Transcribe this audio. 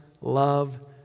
love